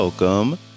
Welcome